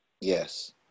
Yes